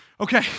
okay